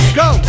go